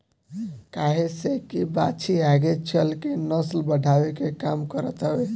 काहे से की बाछी आगे चल के नसल बढ़ावे के काम करत हवे